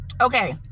Okay